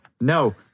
No